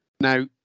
Now